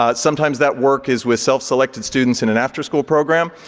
ah sometimes, that work is with self selected students in an after-school program.